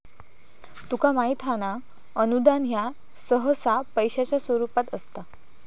तुका माहित हां ना, अनुदान ह्या सहसा पैशाच्या स्वरूपात असता